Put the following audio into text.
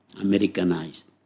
Americanized